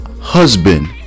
husband